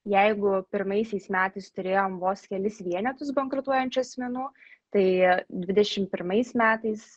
jeigu pirmaisiais metais turėjom vos kelis vienetus bankrutuojančių asmenų tai dvidešim pirmais metais